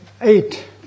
eight